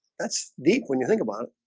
that's deep when you think about it